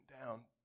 down